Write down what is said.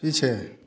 पीछे